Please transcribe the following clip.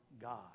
God